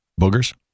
Boogers